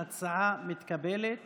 ההצעה מתקבלת